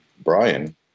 Brian